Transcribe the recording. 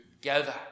together